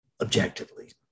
objectively